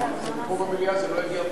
פה במליאה זה לא יגיע אף פעם לדיון.